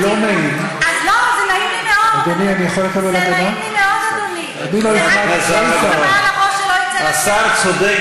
לא, כי אם אתה נזכר בסיפור מלפני 17 שנה,